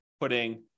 putting